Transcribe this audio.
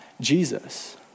Jesus